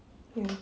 ya